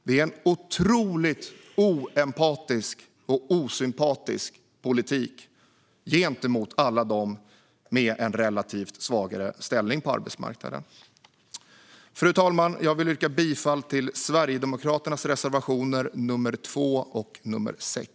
Det är en politik som är otroligt oempatisk och osympatisk gentemot alla dem med en relativt sett svagare ställning på arbetsmarknaden. Fru talman! Jag yrkar bifall till Sverigedemokraternas reservationer nr 2 och nr 6.